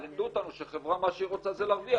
לימדו אותנו שמה שחברה רוצה זה להרוויח,